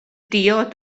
diod